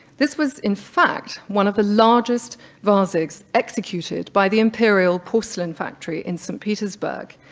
this was in fact, one of the largest vases executed by the imperial porcelain factory in saint petersburg.